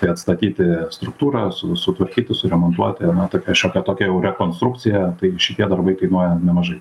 tai atstatyti struktūrą su sutvarkyti suremontuoti na tokia šiokia tokia jau rekonstrukcija tai šitie darbai kainuoja nemažai